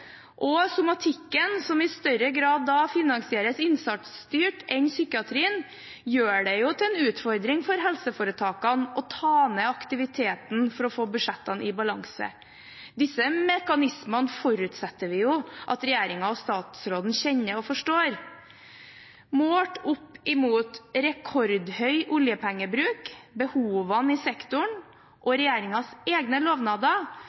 Og somatikken, som i større grad enn psykiatrien finansieres innsatsstyrt, gjør det til en utfordring for helseforetakene å ta ned aktiviteten for å få budsjettene i balanse. Disse mekanismene forutsetter vi jo at regjeringen og statsråden kjenner og forstår. Målt opp mot rekordhøy oljepengebruk, behovene i sektoren og regjeringens egne lovnader